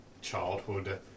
childhood